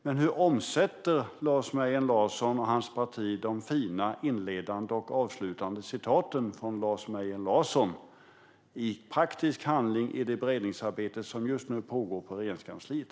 Men hur omsätts de fina citat som Lars Mejern Larsson inledde och avslutande sitt anförande med i praktisk handling i det beredningsarbete som just nu pågår i Regeringskansliet?